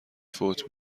فوت